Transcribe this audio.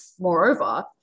Moreover